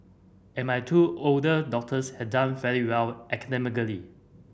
and my two older doctors had done fairly well academically